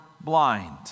blind